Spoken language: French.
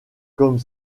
comme